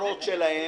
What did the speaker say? הנוסח.